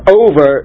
over